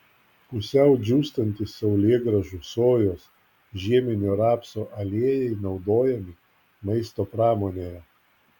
pusiau džiūstantys saulėgrąžų sojos žieminio rapso aliejai naudojami maisto pramonėje